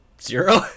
Zero